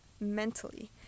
mentally